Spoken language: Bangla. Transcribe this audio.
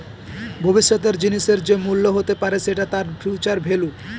ভবিষ্যতের জিনিসের যে মূল্য হতে পারে সেটা তার ফিউচার ভেল্যু